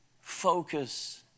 focus